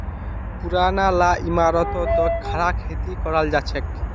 पुरना ला इमारततो खड़ा खेती कराल जाछेक